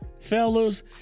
fellas